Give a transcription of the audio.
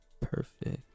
perfect